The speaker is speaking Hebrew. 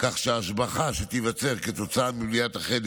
כך שההשבחה שתיווצר כתוצאה מבניית החדר